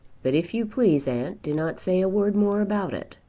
but, if you please, aunt, do not say a word more about it.